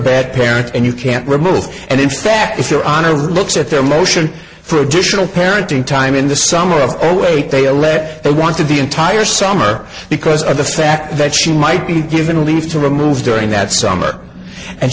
bad parent and you can't remove and in fact if you're on a look at their motion for additional parenting time in the summer of zero eight they allege that they wanted the entire summer because of the fact that she might be given a leave to remove during that summer and